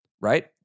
right